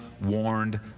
warned